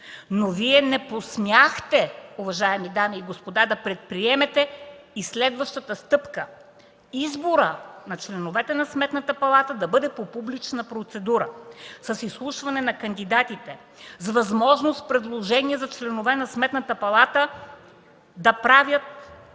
Но Вие, уважаеми дами и господа, не посмяхте да предприемете и следващата стъпка – изборът на членовете на Сметната палата да бъде по публична процедура, с изслушване на кандидатите, с възможност предложения за членове на Сметната палата да правят